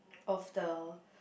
of the